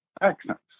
accents